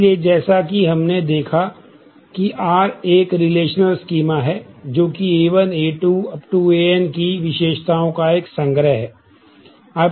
इसलिए जैसा कि हमने देखा कि R एक रिलेशनल स्कीमा है जो कि A1 A2 An की विशेषताओं का एक संग्रह है